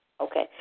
Okay